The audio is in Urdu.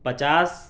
پچاس